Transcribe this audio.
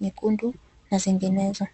nyekundu na nyingenezo.